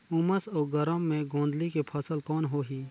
उमस अउ गरम मे गोंदली के फसल कौन होही?